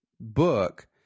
book